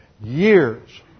Years